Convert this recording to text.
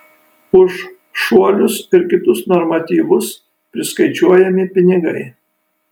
už šuolius ir kitus normatyvus priskaičiuojami pinigai